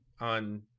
on